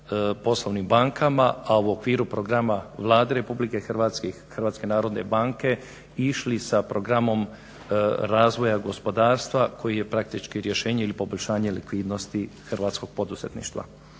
poslovnim bankama a u okviru programa Vlade Republike Hrvatske i Hrvatske narodne banke išli sa programom razvoja gospodarstva koji je praktički rješenje ili poboljšanje likvidnosti hrvatskog poduzetništva.